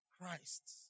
Christ